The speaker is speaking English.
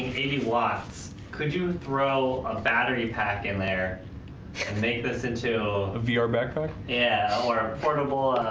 baby watts could you throw a battery pack in there and make this into a viewer backpack yeah portable